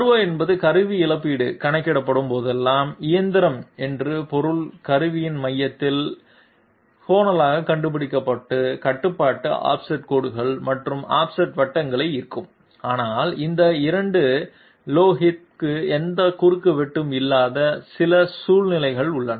R0 என்பது கருவி இழப்பீடு கணக்கிடப்படும் போதெல்லாம் இயந்திரம் என்று பொருள் கருவியின் மையத்தின் லோகஸைக் கண்டுபிடிப்பதற்காக கட்டுப்பாடு ஆஃப்செட் கோடுகள் மற்றும் ஆஃப்செட் வட்டங்களை ஈர்க்கும் ஆனால் இந்த 2 லோகிக்கு எந்த குறுக்குவெட்டும் இல்லாத சில சூழ்நிலைகள் உள்ளன